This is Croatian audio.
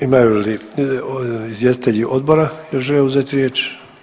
Imaju li izvjestitelji odbora jel žele uzeti riječ?